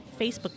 Facebook